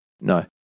No